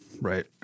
right